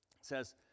says